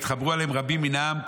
ויתחברו אליהם רבים מן העם,